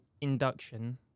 induction